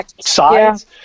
sides